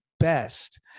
Best